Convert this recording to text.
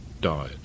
died